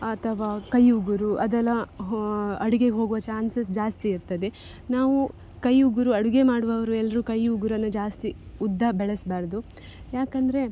ಅಥವಾ ಕೈ ಉಗುರು ಅದೆಲ್ಲಾ ಅಡುಗೆಗ್ ಹೋಗುವ ಚಾನ್ಸಸ್ ಜಾಸ್ತಿ ಇರ್ತದೆ ನಾವು ಕೈ ಉಗುರು ಅಡುಗೆ ಮಾಡುವವರು ಎಲ್ಲರೂ ಕೈ ಉಗುರನ್ನು ಜಾಸ್ತಿ ಉದ್ದ ಬೆಳೆಸಬಾರ್ದು ಯಾಕಂದರೆ